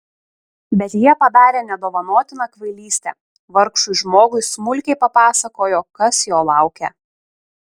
bet jie padarė nedovanotiną kvailystę vargšui žmogui smulkiai papasakojo kas jo laukia